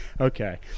Okay